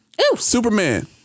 Superman